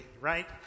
right